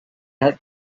her